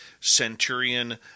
centurion